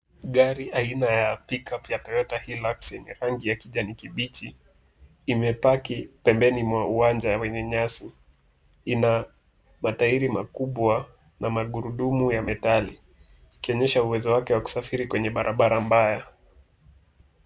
Gari aina ya Pickup ya Toyota Hilux yenye rangi ya kijani kibichi imepaki pembeni mwa uwanja wenye nyasi. Ina matairi makubwa na magurudumu ya metali ikionyesha uwezo wake wa kusafiri kwenye barabara mbaya.